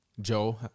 Joe